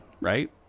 right